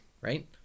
right